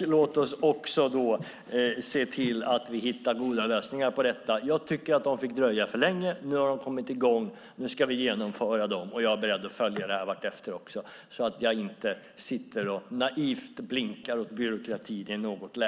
Låt oss också se till att vi hittar goda lösningar på detta. Jag tycker att de fick dröja för länge. Nu har de kommit i gång, och nu ska vi genomföra dem. Jag är beredd att följa detta vartefter så att jag inte sitter och naivt blinkar åt byråkratin i något läge.